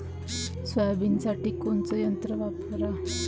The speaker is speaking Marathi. सोयाबीनसाठी कोनचं यंत्र वापरा?